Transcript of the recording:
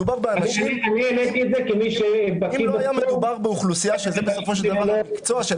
לו היה מדובר באוכלוסייה שזה המקצוע שלה,